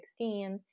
2016